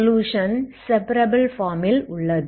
solution separable form ல் உள்ளது